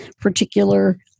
particular